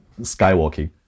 Skywalking